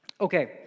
Okay